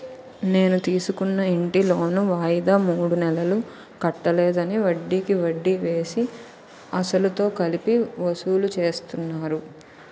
నేను తీసుకున్న ఇంటి లోను వాయిదా మూడు నెలలు కట్టలేదని, వడ్డికి వడ్డీ వేసి, అసలుతో కలిపి వసూలు చేస్తున్నారు